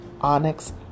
Onyx